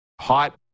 hot